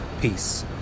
Peace